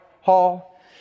hall